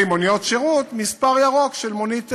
מוניות שירות "מספר ירוק" של מונית פרייבט,